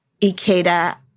Ikeda